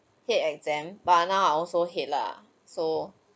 hate exam but now I also hate lah so